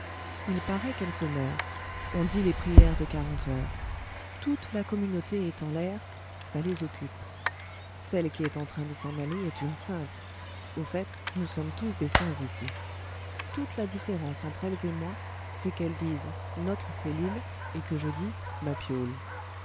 il paraît qu'elle se meurt on dit les prières de quarante heures toute la communauté est en l'air ça les occupe celle qui est en train de s'en aller est une sainte au fait nous sommes tous des saints ici toute la différence entre elles et moi c'est qu'elles disent notre cellule et que je dis ma piolle